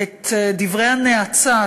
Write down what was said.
את דברי הנאצה,